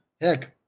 heck